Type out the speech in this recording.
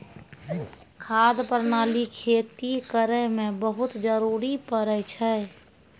खाद प्रणाली खेती करै म बहुत जरुरी पड़ै छै